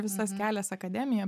visas kelias akademija